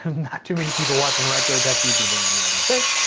not too many people watching retro tech youtube around here, i don't think.